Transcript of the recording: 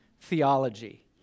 theology